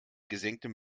gesenktem